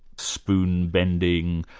spoon bending,